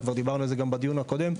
דיברנו על זה גם בדיון הקודם,